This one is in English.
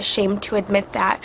ashamed to admit that